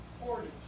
portage